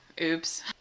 Oops